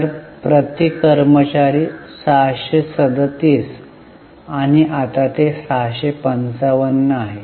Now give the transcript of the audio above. तर प्रति कर्मचारी 637 आणि आता ते 655 आहे